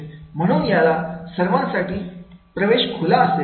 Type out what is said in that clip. म्हणून याला सर्वांसाठी प्रवेश खुला असेल